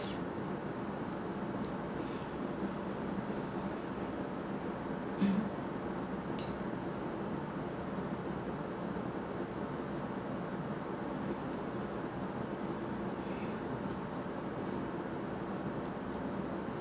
mm